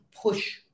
push